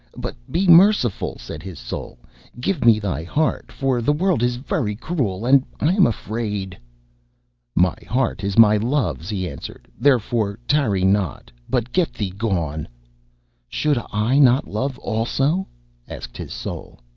but be merciful said his soul give me thy heart, for the world is very cruel, and i am afraid my heart is my love's he answered, therefore tarry not, but get thee gone should i not love also asked his soul.